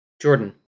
Jordan